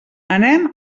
anem